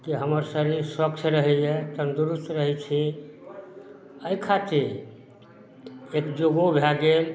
कि हमर शरीर स्वस्थ रहैये तन्दरुस्त रहय छी अइ खातिर एक युगो भए गेल